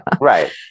Right